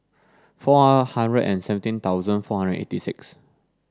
four hundred and seventeen thousand four hundred eighty six